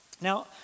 Now